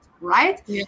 Right